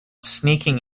sneaking